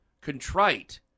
contrite